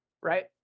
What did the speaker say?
right